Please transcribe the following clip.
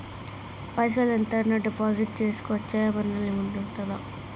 పైసల్ ఎంత అయినా డిపాజిట్ చేస్కోవచ్చా? ఏమైనా లిమిట్ ఉంటదా?